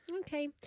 Okay